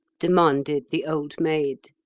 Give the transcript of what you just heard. demanded the old maid.